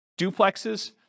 duplexes